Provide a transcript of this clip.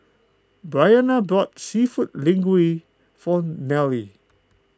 Briana bought Seafood Linguine for Nealie